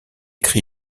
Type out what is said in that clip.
cri